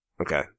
Okay